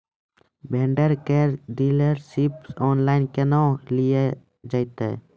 Vendor केर dealership online केहनो लियल जेतै?